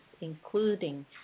including